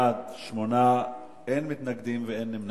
בעד, 8, אין מתנגדים ואין נמנעים.